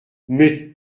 mais